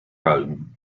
rome